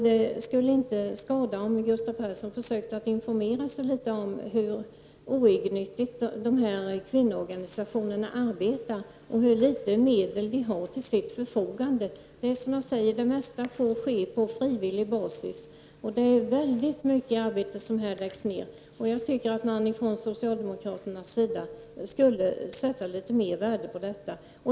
Det skulle inte skada om Gustav Persson försökte informera sig litet om hur oegennyttigt dessa kvinnoorganisationer arbetar och hur små medel de har till sitt förfogande. Det mesta arbetet sker på frivillig basis. Och det är mycket arbete som läggs ned. Jag tycker att socialdemokraterna skulle sätta litet mer värde på detta.